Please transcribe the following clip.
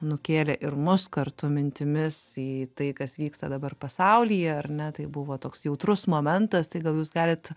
nukėlė ir mus kartu mintimis į tai kas vyksta dabar pasaulyje ar ne tai buvo toks jautrus momentas tai gal jūs galit